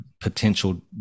potential